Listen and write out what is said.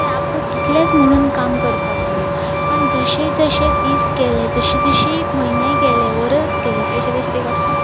तें आपूण एकलेंच म्हणून काम करपाक लागलें पूण जशें जशें दिस गेले जशें जशें म्हयने गेले वरस गले तशें तशें तेका खूब